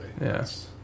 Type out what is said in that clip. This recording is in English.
Yes